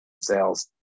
sales